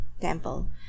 temple